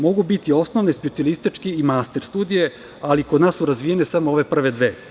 Mogu biti osnovne, specijalističke i master studije, ali su kod nas razvijene samo ove prve dve.